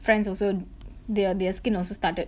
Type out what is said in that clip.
friends also they uh their skin also started